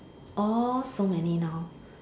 all so many now